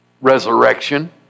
Resurrection